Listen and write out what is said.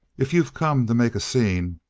if you've come to make a scene,